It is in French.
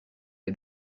les